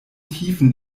tiefen